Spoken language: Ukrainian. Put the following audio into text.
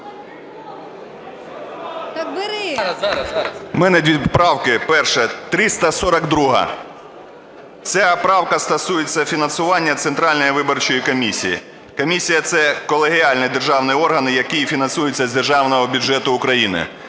В мене дві правки. Перша – 342-а. Ця правка стосується фінансування Центральної виборчої комісії. Комісія – це колегіальний державний орган, який фінансується з Державного бюджету України.